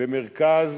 ומרכז